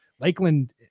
Lakeland